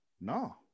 No